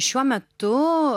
šiuo metu